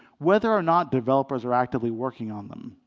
whether or not developers are actively working on them.